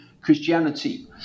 Christianity